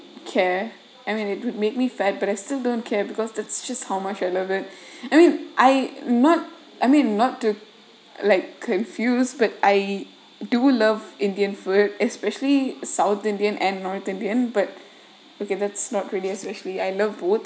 care I mean it would make me fat but I still don't care because that's just how much I love it I mean I not I mean not to like confuse but I do love indian food especially south indian and north indian but okay that's not really especially I love both